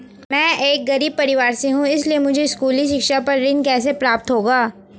मैं एक गरीब परिवार से हूं इसलिए मुझे स्कूली शिक्षा पर ऋण कैसे प्राप्त होगा?